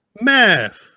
Math